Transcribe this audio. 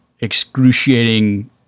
excruciating